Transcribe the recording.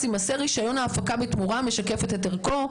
יימסר רישיון ההפקה בתמורה המשקפת את ערכו,